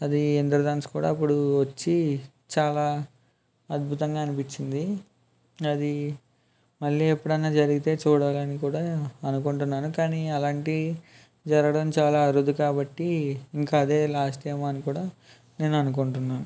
అది ఇంద్రధనస్సు కూడా అప్పుడు వచ్చి చాలా అద్భుతంగా అనిపించింది అది మళ్ళీ ఎప్పుడైనా జరిగితే చూడాలని కూడా అనుకుంటున్నాను కానీ అలాంటి జరగడం చాలా అరుదు కాబట్టి ఇంకా అదే లాస్ట్ ఏమో అని కూడా నేను అనుకుంటున్నాను